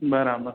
બરાબર